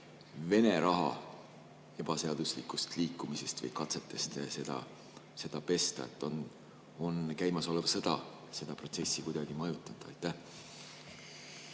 Vene raha ebaseaduslikust liikumisest või katsetest seda pesta? On käimasolev sõda seda protsessi kuidagi mõjutanud?